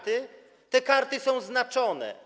Te karty są znaczone.